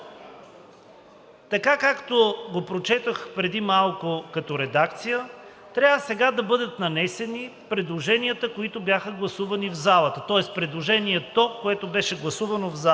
така, както го прочетох преди малко като редакция, сега трябва да бъдат нанесени предложенията, които бяха гласувани в залата, тоест предложението, което беше гласувано в залата.